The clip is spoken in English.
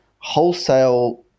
wholesale